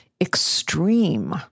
extreme